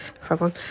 problem